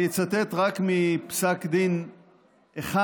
אני אצטט רק מפסק דין אחד,